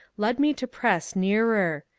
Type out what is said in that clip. led me to press nearer.